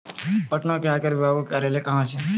पटना मे आयकर विभागो के कार्यालय कहां छै?